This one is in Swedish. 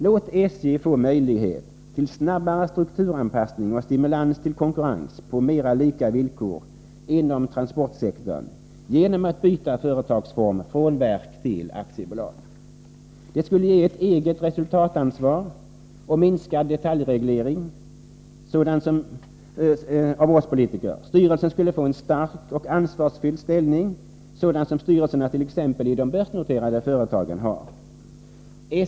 Låt SJ få möjlighet till snabbare strukturanpassning och stimulans till konkurrens på mera lika villkor inom transportsektorn genom att byta företagsform från verk till aktiebolag. Det skulle ge ett eget resultatansvar och minskad detaljreglering av oss politiker. Styrelsen skulle få en stark och ansvarsfylld ställning sådan som styrelserna tt.ex. i de börsnoterade företagen har.